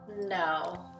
No